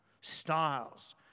styles